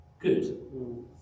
good